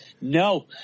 No